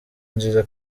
nziza